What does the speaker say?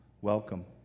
welcome